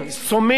סומים?